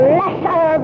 lesser